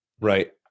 Right